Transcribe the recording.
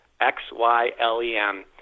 X-Y-L-E-M